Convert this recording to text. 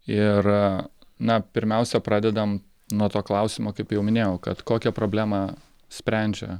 ir na pirmiausia pradedam nuo to klausimo kaip jau minėjau kad kokią problemą sprendžia